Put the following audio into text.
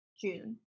June